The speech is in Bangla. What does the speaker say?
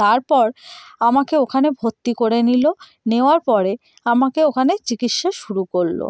তারপর আমাকে ওখানে ভর্তি করে নিলো নেওয়ার পরে আমাকে ওখানে চিকিৎসা শুরু করলো